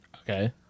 Okay